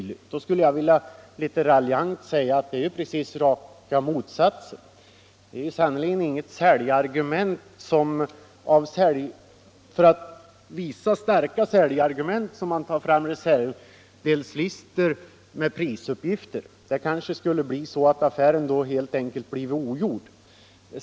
Jag skulle litet raljant vilja säga att med dem förhåller det sig på rakt motsatt sätt. Det är sannerligen inte för att visa starka säljargument som man tar fram reservdelslistor med prisuppgifter — gjorde man det kanske affären aldrig skulle bli av.